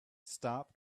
stop